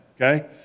Okay